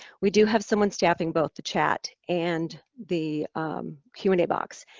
we do have someone staffing both the chat and the q and a box.